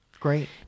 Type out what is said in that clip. great